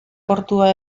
portua